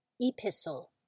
Epistle